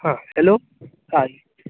आं हॅलो हय